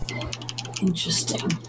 Interesting